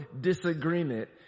disagreement